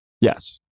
Yes